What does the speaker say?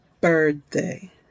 birthday